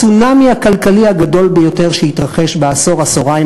הצונמי הכלכלי הגדול ביותר שיתרחש בעשור-עשוריים